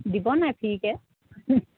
দিব নাই ফ্ৰীকৈ